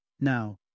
Now